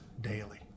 daily